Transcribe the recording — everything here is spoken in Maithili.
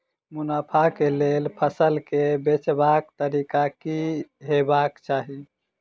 मुनाफा केँ लेल फसल केँ बेचबाक तरीका की हेबाक चाहि?